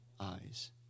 eyes